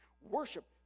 Worship